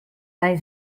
hij